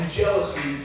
jealousy